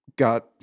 Got